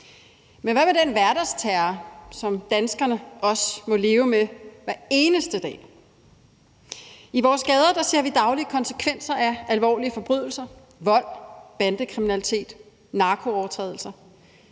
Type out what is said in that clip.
men hvad med den hverdagsterror, som danskerne også må leve med hver eneste dag? I vores gader ser vi dagligt konsekvenser af alvorlige forbrydelser, vold, bandekriminalitet, narkoovertrædelser.